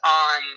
on